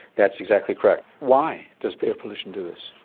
that's exactly correct. why does air pollution do this?